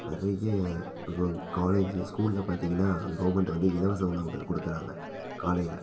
நிறைய காலேஜ்ஜு ஸ்கூலில் பார்த்தீங்கன்னா கவர்மெண்ட் வந்து இலவச உணவுகள் கொடுக்குறாங்க காலைல